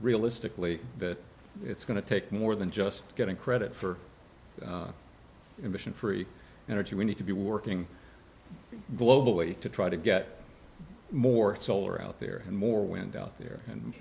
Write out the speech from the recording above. realistically that it's going to take more than just getting credit for emission free energy we need to be working globally to try to get more solar out there and more wind out there and